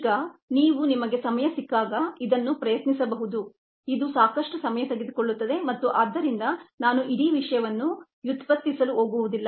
ಈಗ ನೀವು ನಿಮಗೆ ಸಮಯ ಸಿಕ್ಕಾಗ ಇದನ್ನು ಪ್ರಯತ್ನಿಸಬಹುದು ಇದು ಸಾಕಷ್ಟು ಸಮಯ ತೆಗೆದುಕೊಳ್ಳುತ್ತದೆ ಮತ್ತು ಆದ್ದರಿಂದ ನಾನು ಇಡೀ ವಿಷಯವನ್ನು ವ್ಯುತ್ಪತ್ತಿಸಲು ಹೋಗುವುದಿಲ್ಲ